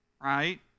right